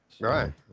right